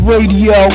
Radio